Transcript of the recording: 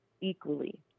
equally